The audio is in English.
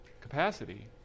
capacity